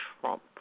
Trump